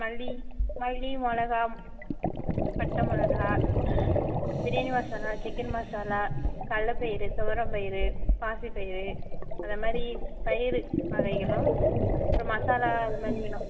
மல்லி மல்லி மிளகா பட்டை மிளகா பிரியாணி மசாலா சிக்கன் மசாலா கல்லை பயிறு துவரம் பயிறு பாசி பயிறு அதை மாதிரி பயிறு வகைகளும் இப்போ மசாலா அதை மாதிரி வேணும்